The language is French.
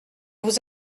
vous